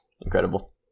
Incredible